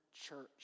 church